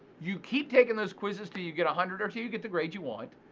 you keep taking those quizzes til you get a hundred or you you get the grade you want,